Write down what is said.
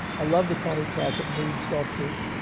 i love the tony tasset mood sculpture.